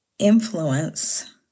influence